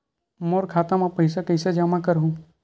मोर खाता म पईसा कइसे जमा करहु?